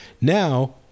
Now